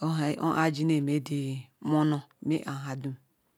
ohlam abu aji bimo the monor